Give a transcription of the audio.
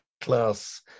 class